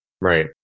Right